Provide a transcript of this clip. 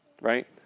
right